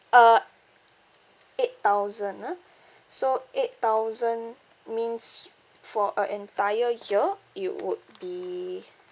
uh eight thousand ah so eight thousand means for a entire year it would be